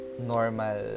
normal